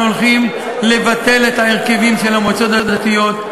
הולכים לבטל את ההרכבים של המועצות הדתיות.